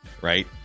right